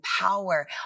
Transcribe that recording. power